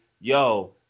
yo